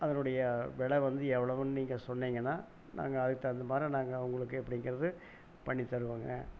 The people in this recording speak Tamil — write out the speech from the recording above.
அதனுடைய வில வந்து எவ்வளவுன்னு நீங்கள் சொன்னிங்கன்னா நாங்கள் அதுக் தகுந்த மாதிரி நாங்கள் உங்களுக்கு எப்படிங்றது பண்ணி தருவோங்க